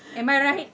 am I right